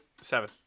Seven